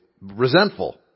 resentful